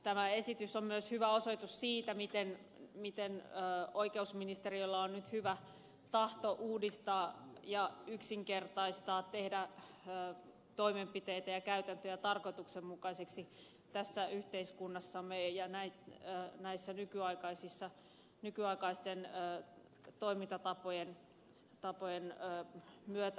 tämä esitys on myös hyvä osoitus siitä miten oikeusministeriöllä on nyt hyvä tahto uudistaa ja yksinkertaistaa tehdä toimenpiteitä ja käytäntöjä tarkoituksenmukaiseksi yhteiskunnassamme nykyaikaisten toimintatapojen myötä